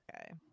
okay